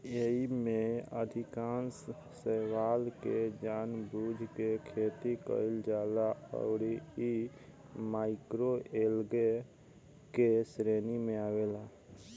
एईमे से अधिकांश शैवाल के जानबूझ के खेती कईल जाला अउरी इ माइक्रोएल्गे के श्रेणी में आवेला